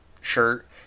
shirt